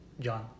John